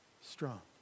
Strong